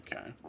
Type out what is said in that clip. Okay